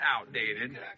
outdated